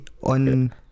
on